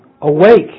Awake